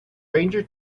ranger